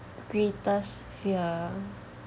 greatest fear